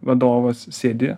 vadovas sėdi